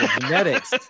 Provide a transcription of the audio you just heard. genetics